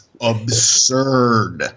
absurd